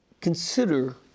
consider